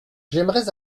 j’aimerais